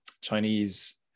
Chinese